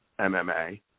MMA